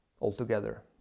altogether